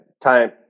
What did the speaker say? time